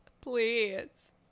Please